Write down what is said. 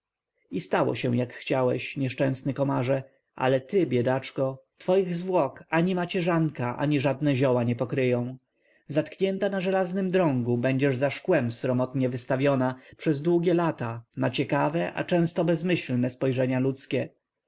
pokryje i stało się jak chciałeś nieszczęsny komarze ale ty biedaczko twoich zwłok ani macierzanka ani żadne zioła nie pokryją zatknięta na żelaznym drągu będziesz za szkłem sromotnie wystawiona przez długie lata na ciekawe a często bezmyślne spojrzenia ludzkie